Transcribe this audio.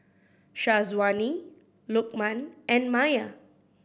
Syazwani Lukman and Maya